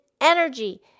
energy